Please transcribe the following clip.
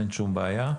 אין שום בעיה.